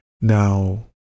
Now